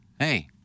Hey